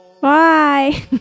Bye